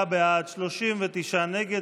49 בעד, 39 נגד.